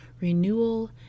renewal